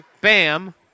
Bam